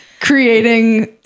creating